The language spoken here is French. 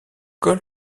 col